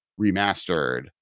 remastered